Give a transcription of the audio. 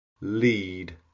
LEAD